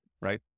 right